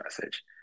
message